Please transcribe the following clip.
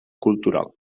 cultural